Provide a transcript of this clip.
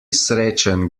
srečen